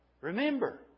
Remember